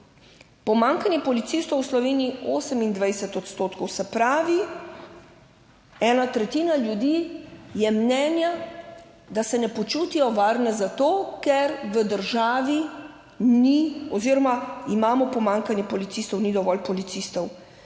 pomanjkanje policistov v Sloveniji 28 odstotkov, se pravi ena tretjina ljudi je mnenja, da se ne počutijo varne zato, ker v državi ni oziroma imamo pomanjkanje policistov, ni dovolj policistov,